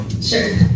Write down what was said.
Sure